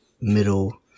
middle